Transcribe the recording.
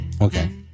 Okay